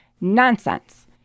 Nonsense